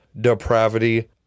depravity